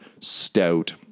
stout